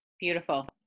Beautiful